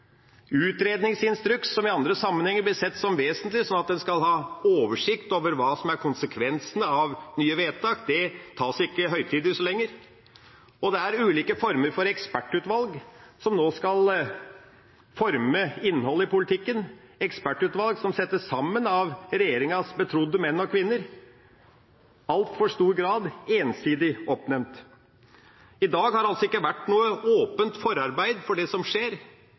Utredningsinstruks – som i andre sammenhenger blir sett på som vesentlig, slik at en skal ha oversikt over hva som er konsekvensene av nye vedtak – det tas ikke så høytidelig lenger. Det er ulike former for ekspertutvalg som nå skal forme innholdet i politikken, ekspertutvalg som settes sammen av regjeringas betrodde menn og kvinner og i altfor stor grad er ensidig oppnevnt. I dag har det altså ikke vært noe åpent forarbeid for det som skjer,